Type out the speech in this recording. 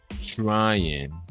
trying